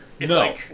No